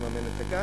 לממן את הגן,